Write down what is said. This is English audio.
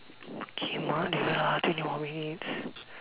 pukimak I think lima minutes